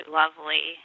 lovely